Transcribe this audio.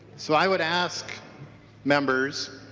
so i would ask members